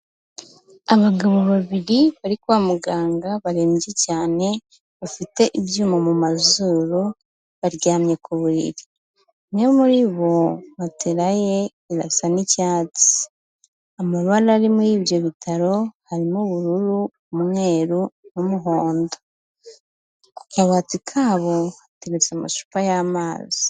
Abagabo babiri bari kwa muganga barembye cyane bafite ibyuma mu mazuru baryamye ku buriri, umwe muri bo matera ye irasa n'icyatsi, amabara ari muri ibyo bitaro harimo: ubururu, umweru n'umuhondo, akabati kabo hateretse amacupa y'amazi.